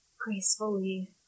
gracefully